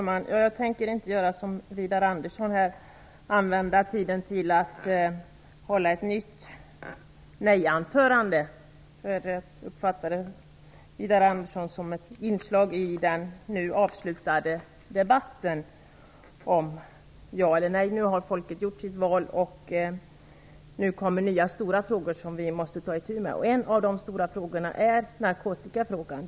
Fru talman! Jag tänker inte göra som Widar Andersson och använda tiden till att hålla ett nytt nejanförande. Jag uppfattade Widar Anderssons anförande som ett inslag i den nu avslutade debatten om ja eller nej. Nu har folket gjort sitt val, och nu kommer nya stora frågor som vi måste ta itu med. En av de stora frågorna är narkotikafrågan.